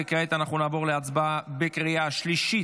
וכעת אנחנו נעבור להצבעה בקריאה השלישית